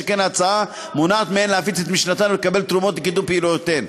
שכן ההצעה מונעת מהן להפיץ את משנתן ולקבל תרומות לקידום פעילויותיהן.